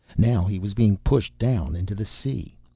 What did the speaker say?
now he was being pushed down into the sea.